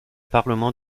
parlements